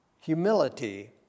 humility